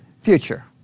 future